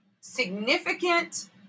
significant